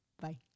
Bye